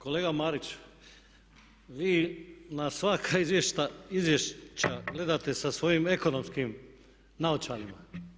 Kolega Marić, vi na svaka izvješća gledate sa svojim ekonomskim naočalama.